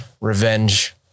revenge